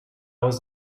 was